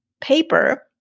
paper